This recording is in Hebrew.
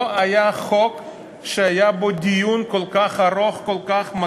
לא היה חוק שהיה בו דיון כל כך ארוך, כל כך מקיף,